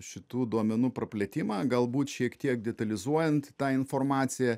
šitų duomenų praplėtimą galbūt šiek tiek detalizuojant tą informaciją